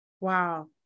Wow